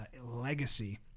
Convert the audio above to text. legacy